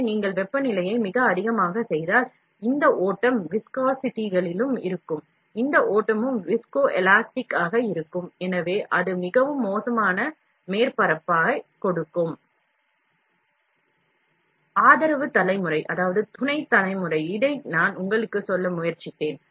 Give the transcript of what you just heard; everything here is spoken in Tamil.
எனவே நீங்கள் வெப்பநிலையை மிக அதிகமாக செய்தால் இந்த ஓட்டம் விஸ்கோலாஸ்டிக்கிலும் இருக்கும் இந்த ஓட்டமும் விஸ்கோலாஸ்டிக் ஆக இருக்கும் எனவே அது மிகவும் மோசமான மேற்பரப்பாக இருக்கும்